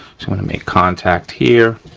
just wanna make contact here